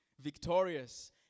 victorious